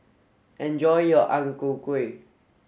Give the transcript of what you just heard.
enjoy your Ang Ku Kueh